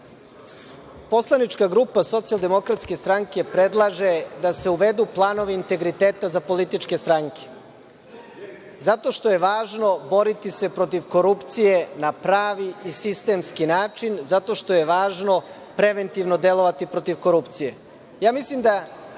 poslanička grupa SDS predlaže da se uvedu planovi integriteta za političke stranke, zato što je važno boriti se protiv korupcije na pravi i sistemski način, zato što je važno preventivno delovati protiv korupcije. Mislim da